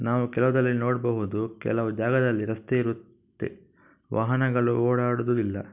ನಾವು ಕೆಲವ್ದಲ್ಲಿ ನೋಡಬಹುದು ಕೆಲವು ಜಾಗದಲ್ಲಿ ರಸ್ತೆ ಇರುತ್ತೆ ವಾಹನಗಳು ಓಡಾಡೋದು ಇಲ್ಲ